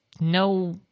no